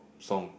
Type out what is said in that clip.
song